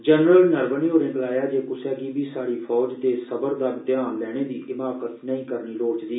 general Naravane होरे गलाया जे कुसै गी बी स्हाड़ी फौज दे सबर दा म्तेहान लैने दी हिमाकत नेई करनी लोड़चदी